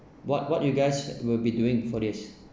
what what you guys will be doing for this